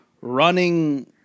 running